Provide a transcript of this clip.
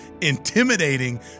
intimidating